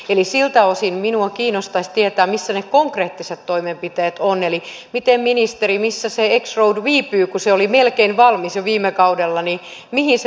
siltä osin minua kiinnostaisi tietää missä ne konkreettiset toimenpiteet ovat eli ministeri missä se x road viipyy kun se oli melkein valmis jo viime kaudella mihin se nyt on jäänyt